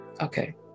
okay